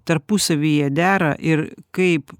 tarpusavyje dera ir kaip